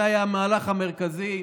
זה היה המהלך המרכזי.